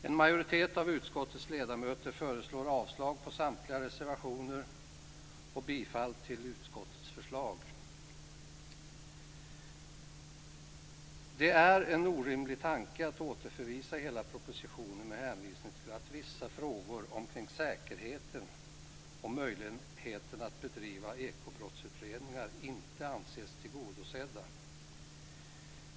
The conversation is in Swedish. En majoritet av utskottets ledamöter föreslår avslag på samtliga reservationer och bifall till utskottets förslag. Det är en orimlig tanke att återförvisa hela propositionen med hänvisning till att vissa frågor omkring säkerheten och möjligheten att bedriva ekobrottsutredningar inte anses tillgodosedda.